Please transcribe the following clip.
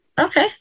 okay